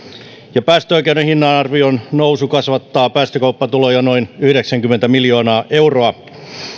ja päästöoikeuden hinta arvion nousu kasvattaa päästökauppatuloja noin yhdeksänkymmentä miljoonaa euroa